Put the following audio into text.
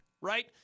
right